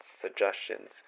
suggestions